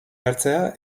hartzea